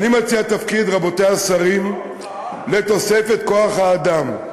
אני מציע תפקיד, רבותי השרים, לתוספת כוח-האדם.